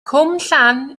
cwmllan